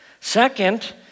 Second